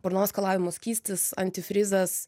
burnos skalavimo skystis antifrizas